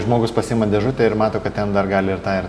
žmogus pasiima dėžutę ir mato kad ten dar gali ir tą ir